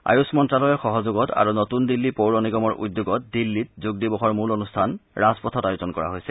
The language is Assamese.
আয়ুস মন্ত্যালয়ৰ সহযোগত আৰু নতুন দিল্লী পৌৰ নিগমৰ উদ্যোগত দিল্লীত যোগ দিৱসৰ মূল অনুষ্ঠান ৰাজপথত আয়োজন কৰা হৈছে